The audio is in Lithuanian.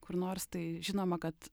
kur nors tai žinoma kad